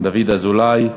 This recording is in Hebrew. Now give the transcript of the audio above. דוד אזולאי.